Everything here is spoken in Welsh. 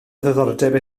ddiddordeb